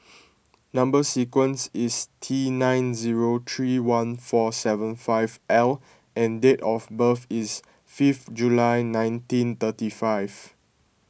Number Sequence is T nine zero three one four seven five L and date of birth is fifth July nineteen thirty five